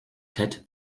ted